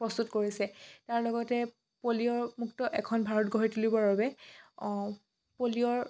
প্ৰস্তুত কৰিছে ইয়াৰ লগতে পলিঅ'মুক্ত এখন ভাৰত গঢ়ি তুলিবৰ বাবে পলিঅ'ৰ